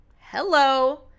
Hello